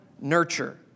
nurture